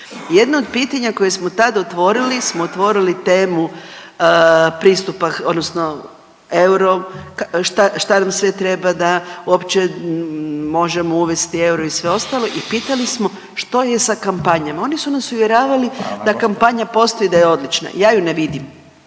jedno od pitanja koje smo tada otvorili smo otvorili temu pristupa odnosno euro, šta nam sve treba da uopće možemo uvesti euro i sve ostalo i pitali smo što je sa kampanjama, oni su nas uvjeravali da kampanja postoji i da je odlična, ja ju ne vidim.